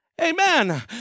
amen